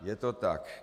Je to tak.